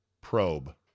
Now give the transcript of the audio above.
probe